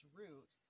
root